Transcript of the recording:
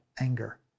anger